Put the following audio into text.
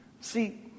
See